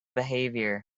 behavior